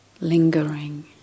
lingering